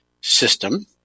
system